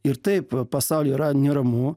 ir taip pasauly yra neramu